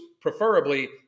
preferably